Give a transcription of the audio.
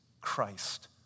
Christ